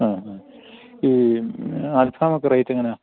ആ ആ ഈ അൽഫാം ഒക്കെ റേറ്റ് എങ്ങനെയാണ്